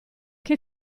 che